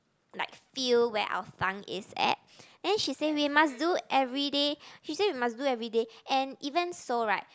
like feel where our tongue is at and she say we must do everyday she say we must do everyday and even so right